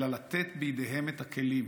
אלא לתת בידיהם את הכלים,